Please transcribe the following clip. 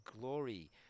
glory